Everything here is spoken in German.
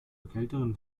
kälteren